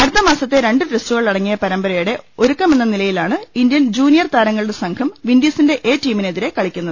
അടുത്തമാസത്തെ രണ്ട് ടെസ്റ്റുകളടങ്ങിയ പരമ്പരയുടെ ഒരുക്കമെന്ന നിലയിലാണ് ഇന്ത്യൻ ജൂനിയർ താരങ്ങളുടെ സംഘം വിൻഡീസിന്റെ എ ടീമിനെതിരെ കളിക്കുന്നത്